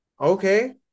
Okay